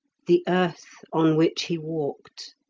the earth on which he walked,